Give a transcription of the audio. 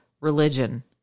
religion